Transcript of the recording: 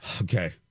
Okay